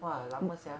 !wah! lama sia